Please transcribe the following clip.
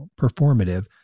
performative